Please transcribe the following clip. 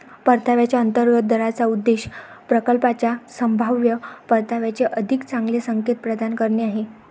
परताव्याच्या अंतर्गत दराचा उद्देश प्रकल्पाच्या संभाव्य परताव्याचे अधिक चांगले संकेत प्रदान करणे आहे